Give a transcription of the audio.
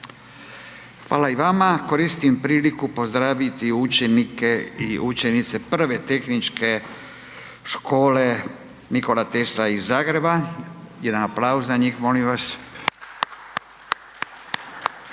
Hvala i vama. Koristim priliku pozdraviti učenike i učenice Prve tehničke škole Nikola Tesla iz Zagreba, jedan aplauz za njih molim vas.